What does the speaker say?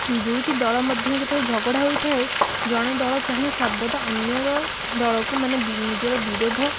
ଦୁଇଟି ଦଳ ମଧ୍ୟରେ ଯେତେବେଳେ ଝଗଡ଼ା ହୋଇଥାଏ ଜଣେ ଦଳ ଚାହେଁ ସର୍ବଦା ଅନ୍ୟର ଦଳକୁ ମାନେ ବିନ୍ ନିଜର ବିରୋଧ